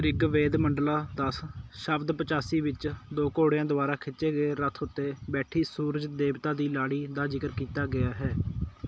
ਰਿਗਵੇਦ ਮੰਡਲਾ ਦਸ ਸ਼ਬਦ ਪਚਾਸੀ ਵਿੱਚ ਦੋ ਘੋੜਿਆਂ ਦੁਆਰਾ ਖਿੱਚੇ ਗਏ ਰੱਥ ਉੱਤੇ ਬੈਠੀ ਸੂਰਜ ਦੇਵਤਾ ਦੀ ਲਾੜੀ ਦਾ ਜ਼ਿਕਰ ਕੀਤਾ ਗਿਆ ਹੈ